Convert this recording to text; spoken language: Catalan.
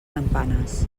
campanes